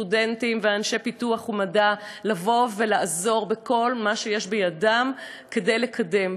סטודנטים ואנשי פיתוח ומדע לבוא ולעזור בכל מה שיש בידם כדי לקדם,